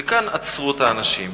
וכאן עצרו את האנשים.